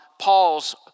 Paul's